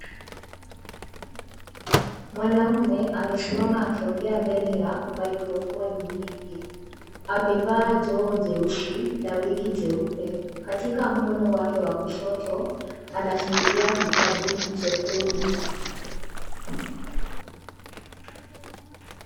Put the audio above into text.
Mwanaume amesimama akiongea mbele ya maikrofoni nyingi. Amevaa joho jeusi na wigi jeupe. Katika mkono wake wa kushoto anashikilia kitabu chekundu.